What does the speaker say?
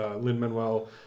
Lin-Manuel